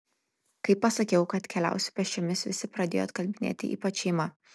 kai pasakiau kad keliausiu pėsčiomis visi pradėjo atkalbinėti ypač šeima